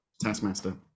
Taskmaster